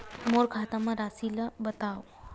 मोर खाता म राशि ल बताओ?